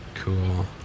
Cool